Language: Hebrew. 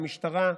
המשטרה,